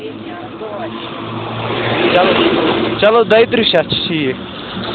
چلو چلو دۄیہِ تٕرٛہ شَتھ چھِ ٹھیٖک